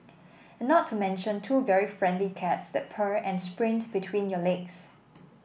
and not to mention two very friendly cats that purr and sprint between your legs